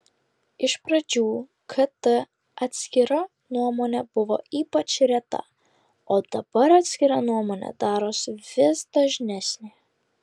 iš pradžių kt atskira nuomonė buvo ypač reta o dabar atskira nuomonė darosi vis dažnesnė